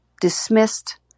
dismissed